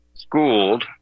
schooled